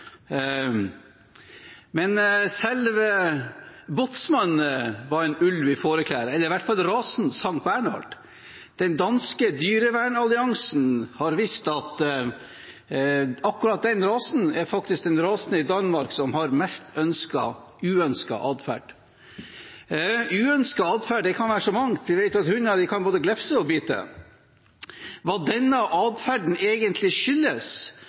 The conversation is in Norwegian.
Men selv Båtsmann var en ulv i fåreklær, eller i hvert fall rasen Sanktbernhardshund. Den danske dyrevernalliansen har vist til at akkurat den rasen er faktisk den rasen i Danmark som har mest uønsket adferd. Uønsket adferd kan være så mangt. Vi vet at hunder kan både glefse og bite. Hva denne adferden egentlig skyldes